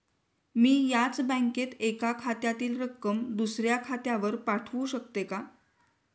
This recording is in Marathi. मी याच बँकेत एका खात्यातील रक्कम दुसऱ्या खात्यावर पाठवू शकते का?